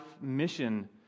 mission